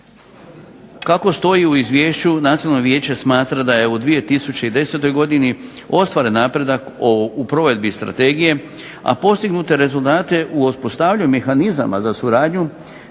Kako stoji u izvješću, Nacionalno vijeće smatra da je u 2010. godini ostvaren napredak u prve dvije strategije, a postignute rezultate u uspostavljanju mehanizama za suradnju,